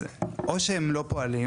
אז או שהם לא פועלים,